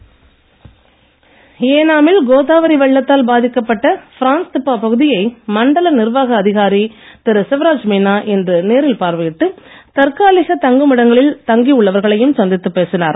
ஏனாம் ஏனாமில் கோதாவரி வெள்ளத்தால் பாதிக்கப்பட்ட பிரான்ஸ்திப்பா பகுதியை மண்டல நிர்வாக அதிகாரி திரு சிவராஜ் மீனா இன்று நேரில் பார்வையிட்டு தற்காலிக தங்குமிடங்களில் தங்கி உள்ளவர்களையும் சந்தித்துப் பேசினார்